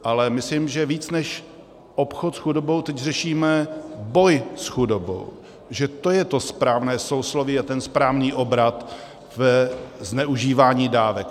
Ale myslím, že víc než obchod s chudobou teď řešíme boj s chudobou, to je to správné sousloví a ten správný obrat ve zneužívání dávek.